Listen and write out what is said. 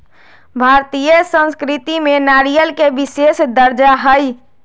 भारतीय संस्कृति में नारियल के विशेष दर्जा हई